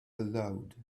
aloud